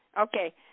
Okay